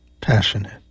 passionate